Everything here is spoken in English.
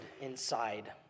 inside